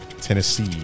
Tennessee